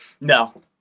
No